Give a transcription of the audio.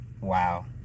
Wow